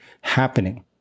happening